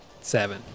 seven